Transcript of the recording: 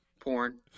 Porn